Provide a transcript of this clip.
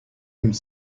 aiment